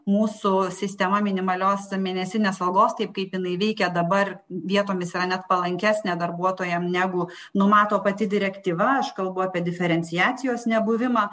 mūsų sistema minimalios mėnesinės algos taip kaip jinai veikia dabar vietomis yra net palankesnė darbuotojam negu numato pati direktyva aš kalbu apie diferenciacijos nebuvimą